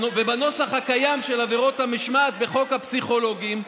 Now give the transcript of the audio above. בנוסח הקיים של עבירות המשמעת בחוק הפסיכולוגים,